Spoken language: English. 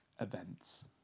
events